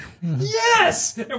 Yes